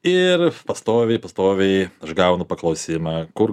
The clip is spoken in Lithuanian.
ir pastoviai pastoviai aš gaunu paklausimą kur